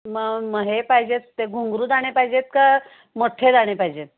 मग मह हे पाहिजे आहेत ते घुंगरू दाणे पाहिजे आहेत का मोठ्ठे दाणे पाहिजे आहेत